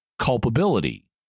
culpability